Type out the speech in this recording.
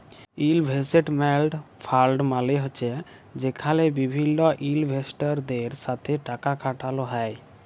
investment fund মালে হছে যেখালে বিভিল্ল ইলভেস্টরদের সাথে টাকা খাটালো হ্যয়